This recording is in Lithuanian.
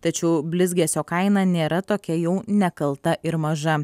tačiau blizgesio kaina nėra tokia jau nekalta ir maža